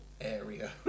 area